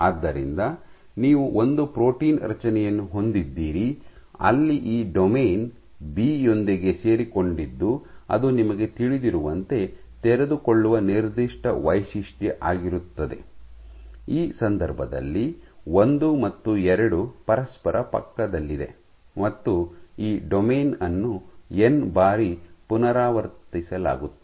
ಆದ್ದರಿಂದ ನೀವು ಒಂದು ಪ್ರೋಟೀನ್ ರಚನೆಯನ್ನು ಹೊಂದಿದ್ದೀರಿ ಅಲ್ಲಿ ಈ ಡೊಮೇನ್ ಬಿ ಯೊಂದಿಗೆ ಸೇರಿಕೊಂಡಿದ್ದು ಅದು ನಿಮಗೆ ತಿಳಿದಿರುವಂತೆ ತೆರೆದುಕೊಳ್ಳುವ ನಿರ್ದಿಷ್ಟ ವೈಶಿಷ್ಟ್ಯ ಆಗಿರುತ್ತದೆ ಈ ಸಂದರ್ಭದಲ್ಲಿ ಒಂದು ಮತ್ತು ಎರಡು ಪರಸ್ಪರ ಪಕ್ಕದಲ್ಲಿದೆ ಮತ್ತು ಈ ಡೊಮೇನ್ ಅನ್ನು ಎನ್ ಬಾರಿ ಪುನರಾವರ್ತಿಸಲಾಗುತ್ತದೆ